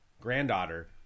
granddaughter